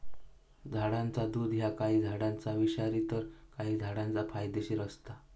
झाडाचा दुध ह्या काही झाडांचा विषारी तर काही झाडांचा फायदेशीर असता